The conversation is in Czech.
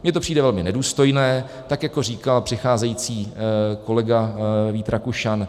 Mně to přijde velmi nedůstojné, tak jako říkal přicházející kolega Vít Rakušan.